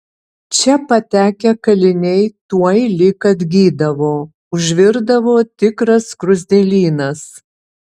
čia patekę kaliniai tuoj lyg ir atgydavo užvirdavo tikras skruzdėlynas